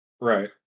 right